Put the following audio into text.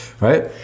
right